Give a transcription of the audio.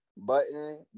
Button